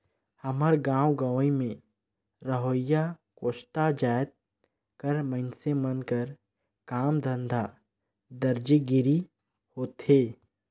हमर गाँव गंवई में रहोइया कोस्टा जाएत कर मइनसे मन कर काम धंधा दरजी गिरी होथे